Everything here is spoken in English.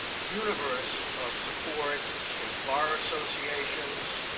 universe of support, state bar associations,